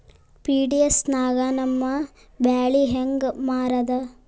PDS ನಾಗ ನಮ್ಮ ಬ್ಯಾಳಿ ಹೆಂಗ ಮಾರದ?